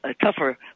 tougher